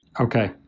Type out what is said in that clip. Okay